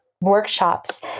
workshops